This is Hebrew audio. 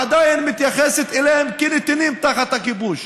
עדיין מתייחסת אליהם כנתינים תחת הכיבוש.